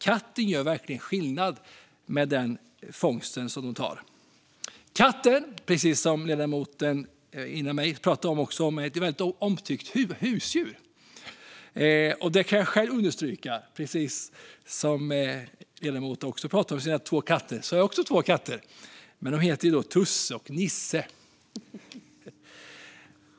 Katten gör verkligen skillnad med den fångst som den tar. Katten är, precis som ledamoten före mig sa, ett väldigt omtyckt husdjur. Det kan jag själv understryka. Ledamoten sa att hon hade två katter, och det har jag också. Mina katter heter Tusse och Nisse.